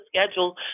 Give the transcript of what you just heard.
schedule